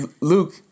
Luke